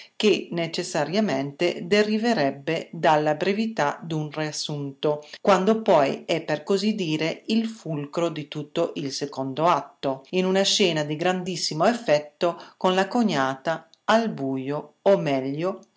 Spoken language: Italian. che necessariamente deriverebbe dalla brevità d'un riassunto quando poi è per così dire il fulcro di tutto il second'atto in una scena di grandissimo effetto con la cognata al bujo o meglio